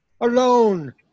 alone